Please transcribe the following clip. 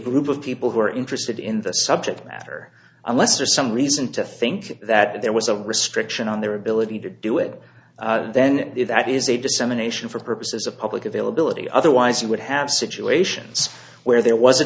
group of people who are interested in the subject matter unless for some reason to think that there was a restriction on their ability to do it then that is a dissemination for purposes of public availability otherwise you would have situations where there was